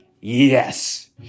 Yes